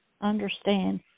Understand